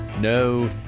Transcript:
no